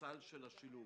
בסל השילוב.